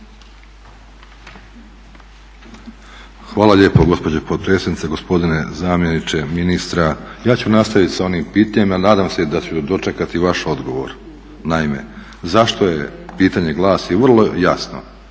Hvala lijepo gospođo potpredsjednice, gospodine zamjeniče ministra. Ja ću nastaviti sa onim pitanjem ali nadam se da ću dočekati vaš odgovor. Naime, zašto je, pitanje glasi, vrlo jasno